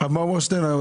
הרב גפני,